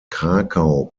krakau